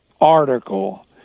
article